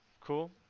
Cool